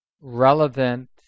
relevant